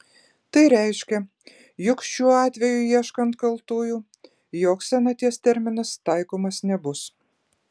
tai reiškia jog šiuo atveju ieškant kaltųjų joks senaties terminas taikomas nebus